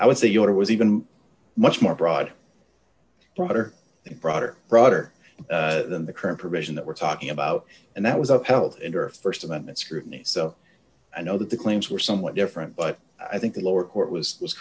i would say you know it was even much more broad broader and broader broader than the current provision that we're talking about and that was upheld in her st amendment scrutiny so i know that the claims were somewhat different but i think the lower court was was